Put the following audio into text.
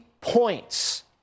points